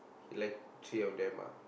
he like three of them ah